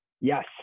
yes